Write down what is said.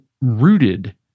rooted